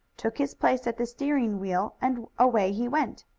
took his place at the steering wheel and away he went.